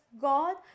god